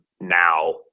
now